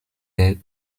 der